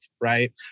right